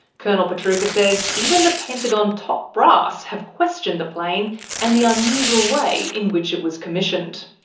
colonel pietrucha says even the pentagon top brass have questioned the plane and the unusual way in which it was commissioned.